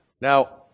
Now